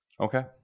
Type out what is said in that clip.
Okay